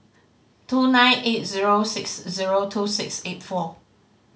two nine eight zero six zero two six eight four